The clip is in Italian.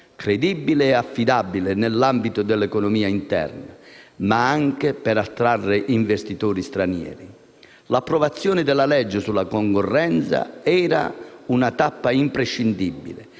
credibile e affidabile nell'ambito dell'economia interna, ma anche per attrarre investitori stranieri. L'approvazione della legge sulla concorrenza era una tappa imprescindibile